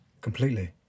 Completely